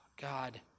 God